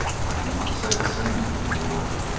i can not say the same, my lord.